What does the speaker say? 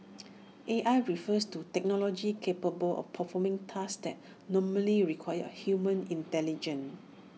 A I refers to technology capable of performing tasks that normally require human intelligence